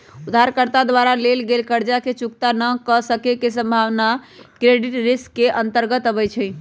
उधारकर्ता द्वारा लेल गेल कर्जा के चुक्ता न क सक्के के संभावना क्रेडिट रिस्क के अंतर्गत आबइ छै